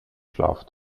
schlaf